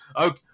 Okay